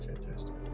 fantastic